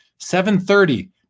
730